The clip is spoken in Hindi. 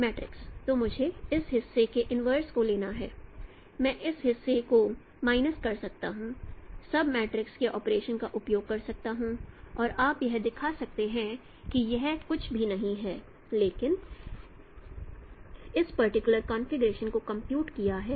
तो मुझे इस हिस्से के इनवर्स को लेना है मैं इस हिस्से को माइनस कर सकता हूं सब मैट्रिक्स के ऑपरेशन का उपयोग कर सकता हूं और आप यह दिखा सकते हैं कि यह कुछ भी नहीं है लेकिन इस पर्टिकुलर कॉन्फ़िगरेशन को कंप्यूट किया है